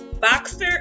Boxer